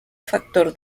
factor